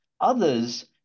Others